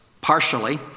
Partially